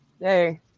Hey